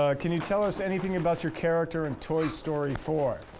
um can you tell us anything about your character in toy story four?